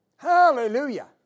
Hallelujah